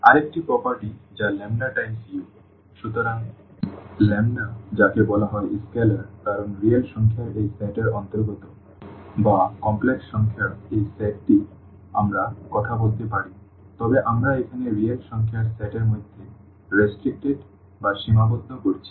আরেকটি বৈশিষ্ট্য যা এই ল্যাম্বডা টাইমস u সুতরাং যাকে বলা হয় স্কেলার কারণ রিয়েল সংখ্যার এই সেট এর অন্তর্গত বা কমপ্লেক্স সংখ্যার এই সেটটি আমরা কথা বলতে পারি তবে আমরা এখানে রিয়েল সংখ্যার সেট এর মধ্যে সীমাবদ্ধ করছি